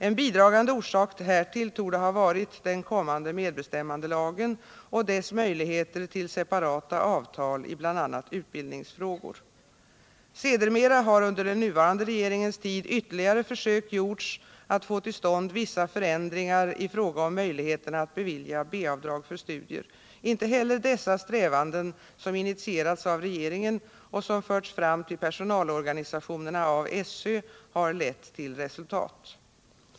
En bidragande orsak härtill torde ha varit den kommande medbestämmandelagen och dess möjligheter till separata avtal i bl.a. utbildningsfrågor. Sedermera har under den nuvarande regeringens tid ytterligare försök gjorts att få till stånd vissa förändringar i fråga om möjligheterna att bevilja B avdrag för studier. Inte heller dessa strävanden, som initierats av regeringen och som förts fram till personalorganisationerna av SÖ, har lett till resultat.